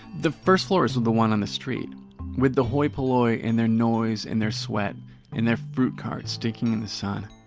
the first floors are the one on the street with the hoi polloi and their noise and their sweat and their fruit carts stinking in the sun.